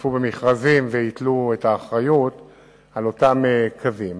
שישתתפו במכרזים וייטלו את האחריות על אותם קווים.